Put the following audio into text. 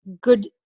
good